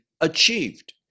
achieved